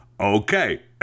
Okay